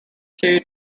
two